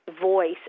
voice